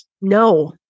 no